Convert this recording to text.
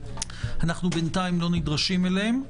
אנחנו בינתיים לא נדרשים אליהם.